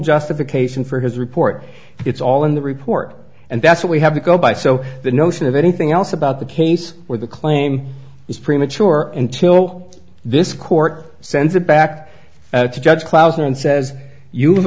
justification for his report it's all in the report and that's what we have to go by so the notion of anything else about the case where the claim is premature and tilt this court sends it back to judge clausen and says you